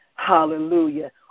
Hallelujah